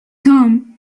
tom